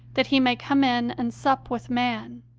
that he may come in and sup with man.